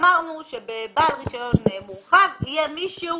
אמרנו שבבעל רישיון מורחב יהיה מישהו